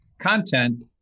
content